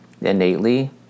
innately